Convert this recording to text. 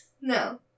No